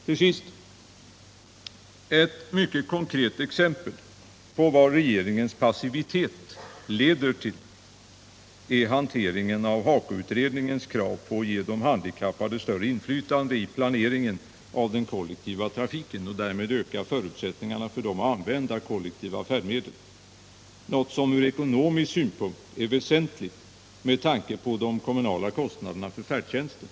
Till sist: Ett mycket konkret exempel på vad regeringens passivitet leder till är hanteringen av HAKO-utredningens krav på att ge de handikappade större inflytande i planeringen av den kollektiva trafiken och därmed öka förutsättningarna för dem att använda kollektiva färdmedel — något som ur ekonomisk synpunkt är väsentligt med tanke på de kommunala kostnaderna för färdtjänsten.